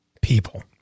people